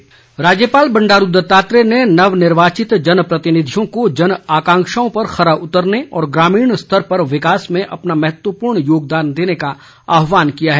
राज्यपाल राज्यपाल बंडारू दत्तात्रेय ने नवनिर्वाचित जनप्रतिनिधियों को जन आकांक्षाओं पर खरा उतरने और ग्रामीण स्तर पर विकास में अपना महत्वपूर्ण योगदान देने का आहवान किया है